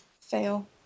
fail